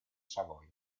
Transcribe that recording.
savoia